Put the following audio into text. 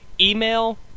email